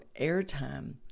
airtime